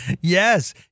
Yes